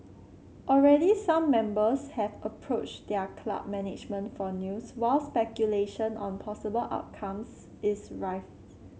already some members have approached their club management for news while speculation on possible outcomes is rife